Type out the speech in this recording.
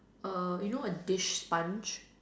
err you know a dish sponge